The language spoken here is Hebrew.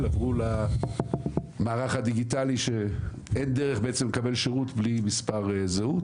עברו למערך הדיגיטלי שאין דרך לקבל שירות בלי מספר זהות.